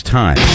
time